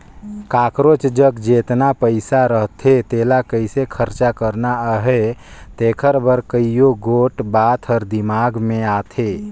काकरोच जग जेतना पइसा रहथे तेला कइसे खरचा करना अहे तेकर बर कइयो गोट बात हर दिमाक में आथे